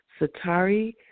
Satari